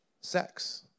sex